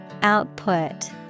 Output